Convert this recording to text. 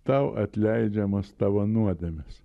tau atleidžiamos tavo nuodėmės